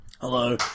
Hello